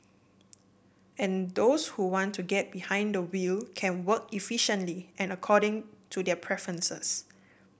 and those who want to get behind the wheel can work efficiently and according to their preferences